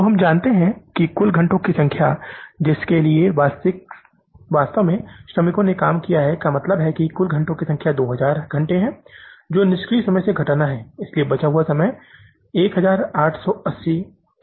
तो हम जानते हैं कि कुल घंटों की संख्या जिसके लिए वास्तव में श्रमिक ने काम किया है का मतलब है कि कुल घंटों की संख्या 2000 घंटे है जो निष्क्रिय समय से घटाना है इसलिए बचा हुआ समय 1880 था